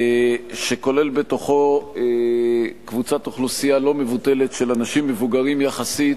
שכולל בתוכו קבוצת אוכלוסייה לא מבוטלת של אנשים מבוגרים יחסית